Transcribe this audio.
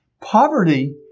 poverty